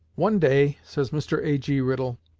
one day, says mr. a g. riddle,